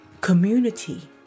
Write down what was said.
community